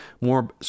more